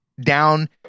down